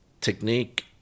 technique